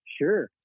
Sure